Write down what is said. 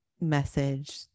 message